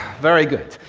very good.